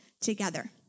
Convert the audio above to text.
together